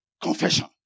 confession